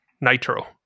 Nitro